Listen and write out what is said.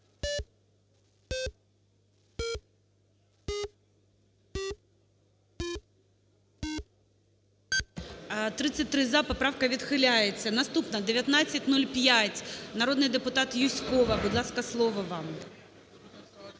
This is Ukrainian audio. За-33 Поправка відхиляється. Наступна - 1905, народний депутат Юзькова. Будь ласка, слово вам.